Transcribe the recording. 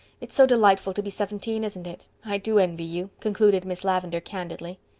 it's so delightful to be seventeen, isn't it? i do envy you, concluded miss lavendar candidly.